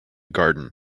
garden